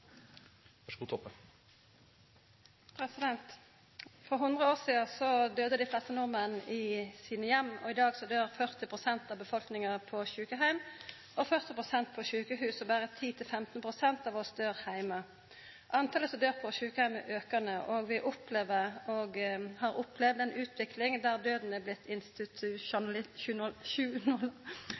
til. For 100 år sidan døydde dei fleste nordmenn i heimane sine. I dag døyr 40 pst. av befolkninga på sjukeheim og 40 pst. på sjukehus, og berre 10–15 pst. av oss døyr heime. Talet som døyr på sjukeheim, er aukande. Vi opplever og har opplevd ei utvikling der døden er blitt